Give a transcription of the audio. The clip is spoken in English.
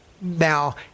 Now